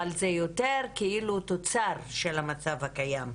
אבל זה יותר תוצר של המצב הקיים.